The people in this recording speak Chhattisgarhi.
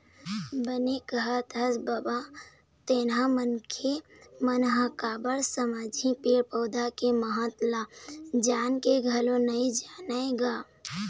बने कहत हस बबा तेंहा मनखे मन ह कब समझही पेड़ पउधा के महत्ता ल जान के घलोक नइ जानय गा